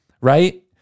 right